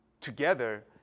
together